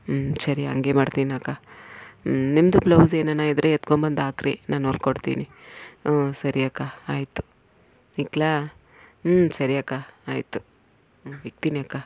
ಹ್ಞೂ ಸರಿ ಹಂಗೆ ಮಾಡ್ತೀನಕ್ಕ ಹ್ಞೂ ನಿಮ್ಮದು ಬ್ಲೌಸ್ ಏನಾನ ಇದ್ದರೆ ಎತ್ಕೊಂಡ್ಬಂದು ಹಾಕ್ರಿ ನಾನು ಒಲ್ದು ಕೊಡ್ತೀನಿ ಹ್ಞೂ ಸರಿ ಅಕ್ಕ ಆಯಿತು ಇಡ್ಲಾ ಹ್ಞೂ ಸರಿ ಅಕ್ಕ ಆಯಿತು ಹ್ಞೂ ಇಡ್ತೀನಿ ಅಕ್ಕ